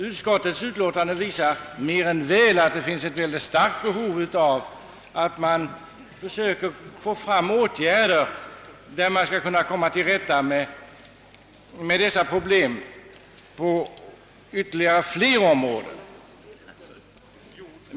Utskottets utlåtande visar också mer än väl att starka behov föreligger att vidta åtgärder för att komma till rätta med problemen på detta område.